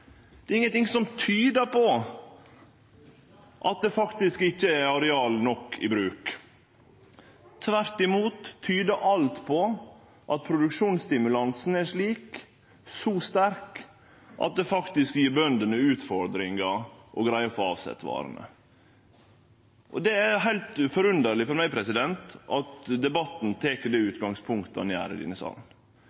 Det er ingenting som tyder på at det ikkje er nok areal i bruk. Tvert imot tyder alt på at produksjonsstimulansen er så sterk at det faktisk gjev bøndene utfordringar med å greie å få omsett varene. Det er heilt forunderleg for meg at debatten tek